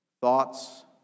Thoughts